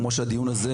כמו זה,